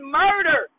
murder